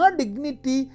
dignity